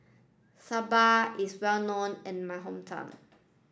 Sambar is well known in my hometown